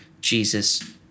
Jesus